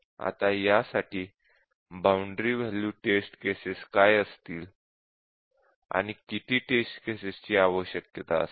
आता यासाठी boundary value test cases काय असतील आणि किती टेस्ट केसेस ची आवश्यकता असेल